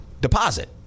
deposit